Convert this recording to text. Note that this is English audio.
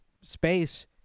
space